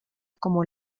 como